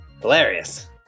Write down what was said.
hilarious